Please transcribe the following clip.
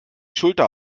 schulter